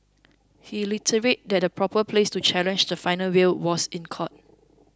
he reiterated that the proper place to challenge the final will was in court